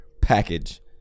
package